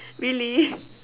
really